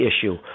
issue